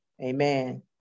Amen